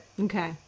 Okay